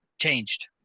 changed